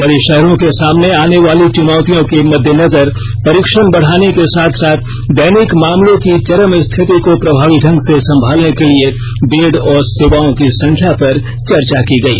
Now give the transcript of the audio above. बड़े शहरों के सामने आने वाली चुनौतियों के मद्देनजर परीक्षण बढ़ाने के साथ साथ दैनिक मामलों की चरम स्थिति को प्रभावी ढंग से संभालने के लिए बेड और सेवाओं की संख्या पर चर्चा की गई